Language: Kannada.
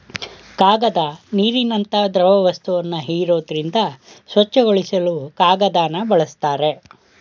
ಕಾಗದ ನೀರಿನಂತ ದ್ರವವಸ್ತುನ ಹೀರೋದ್ರಿಂದ ಸ್ವಚ್ಛಗೊಳಿಸಲು ಕಾಗದನ ಬಳುಸ್ತಾರೆ